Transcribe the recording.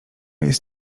jest